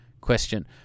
question